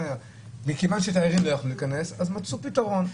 מכיוון שתיירים לא יכולים היו להיכנס מצאו פתרון.